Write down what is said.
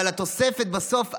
אבל התוספת בסוף,